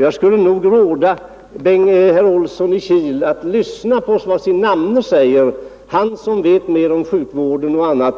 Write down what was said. Jag skulle nog vilja råda herr Olsson i Kil att lyssna på vad hans namne säger, eftersom denne vet mer om sjukvården och annat